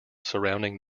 surrounding